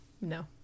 no